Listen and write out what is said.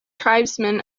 tribesmen